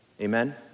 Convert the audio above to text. Amen